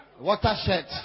Watershed